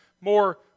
more